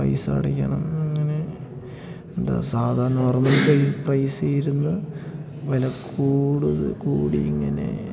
പൈസ അടക്കണം അങ്ങനെ എന്താ സാധാ നോർമൽ പൈസ പൈസയിരുന്നു വില കൂടുതൽ കൂടി ഇങ്ങനെ